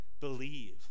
believe